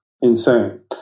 insane